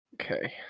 Okay